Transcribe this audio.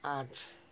আজ